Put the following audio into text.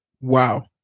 Wow